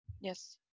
Yes